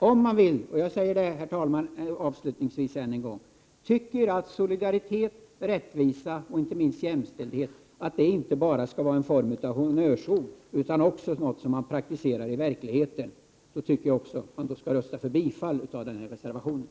Om man anser — jag säger det, herr talman, avslutningsvis än en gång — att solidaritet, rättvisa och inte minst jämställdhet inte bara skall vara honnörsord utan också något som praktiseras i verkligheten, då tycker jag att man skall rösta för bifall till reservation 10.